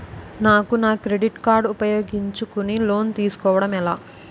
నాకు నా credit card ఉపయోగించుకుని లోన్ తిస్కోడం ఎలా?